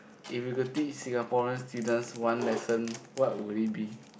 if you could teach Singaporean students one lesson what would it be